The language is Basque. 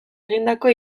egindako